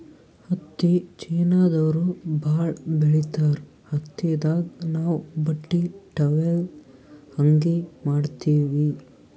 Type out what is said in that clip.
ಹತ್ತಿ ಚೀನಾದವ್ರು ಭಾಳ್ ಬೆಳಿತಾರ್ ಹತ್ತಿದಾಗ್ ನಾವ್ ಬಟ್ಟಿ ಟಾವೆಲ್ ಅಂಗಿ ಮಾಡತ್ತಿವಿ